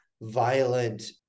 violent